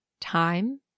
time